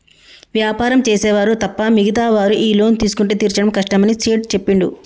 వ్యాపారం చేసే వారు తప్ప మిగతా వారు ఈ లోన్ తీసుకుంటే తీర్చడం కష్టమని సేట్ చెప్పిండు